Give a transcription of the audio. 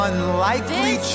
Unlikely